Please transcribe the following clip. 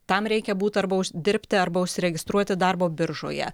tam reikia būt arba dirbti arba užsiregistruoti darbo biržoje